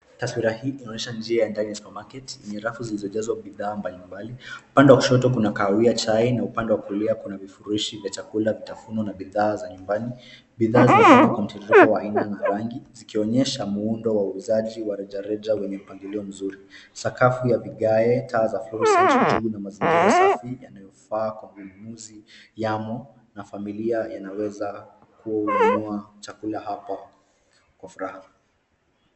Taswira hii inaonyesha njia ya ndani ya supermarket , yenye rafu zilizojazwa bidhaa mbalimbali. Upande wa kushoto kuna kahawa ya chai na upande wa kulia kuna vifurushi vya chakula, vitafunwa na bidhaa za nyumbani. Bidhaa zimepangwa kwa utaratibu wa aina na rangi, zikionyesha muundo wa uuzaji wa rejareja wenye mpangilio mzuri. Sakafu ya vigae, taa za fluorescent na mazingira safi yanayofaa kwa ununuzi yamo na familia yanaweza kununua chakula hapa kwa furaha.